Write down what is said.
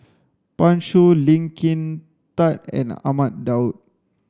Pan Shou Lee Kin Tat and Ahmad Daud